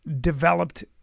developed